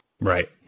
Right